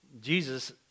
Jesus